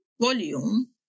volume